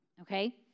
Okay